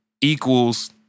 equals